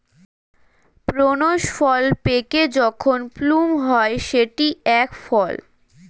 prunes ফল পেকে যখন প্লুম হয় সেটি এক ফল